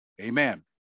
Amen